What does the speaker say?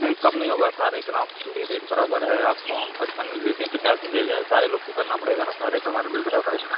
नहीं कम नहीं होगा सारे ग्राहकों के लिए रेट बराबर है आपको हम पचपन में दे दें पचास में दे दें तो सारे लोग को करना पड़ेगा ना सारे तो हमारे लिए बराबर हैं ना